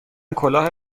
کلاه